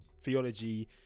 theology